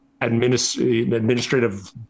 administrative